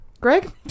Greg